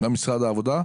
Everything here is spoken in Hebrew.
גם משרד העבודה,